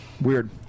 Weird